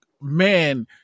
man